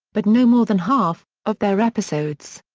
but no more than half, of their episodes.